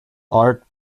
art